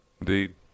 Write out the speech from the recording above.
Indeed